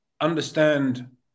understand